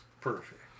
Perfect